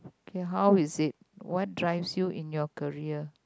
K how is it what drives you in your career